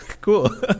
cool